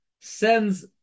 sends